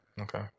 Okay